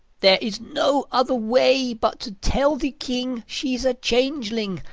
there is no other way but to tell the king she's a changeling,